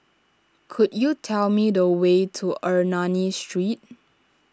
could you tell me the way to Ernani Street